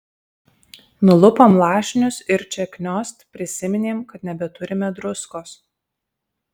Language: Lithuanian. nulupom lašinius ir čia kniost prisiminėm kad nebeturime druskos